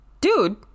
dude